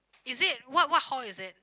is it what what hall is it